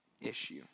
issue